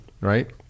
right